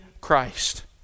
Christ